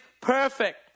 perfect